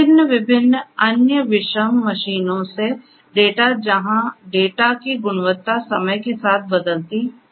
विभिन्न विभिन्न अन्य विषम मशीनों से डेटा जहां डेटा की गुणवत्ता समय के साथ बदलती रहती है